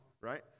right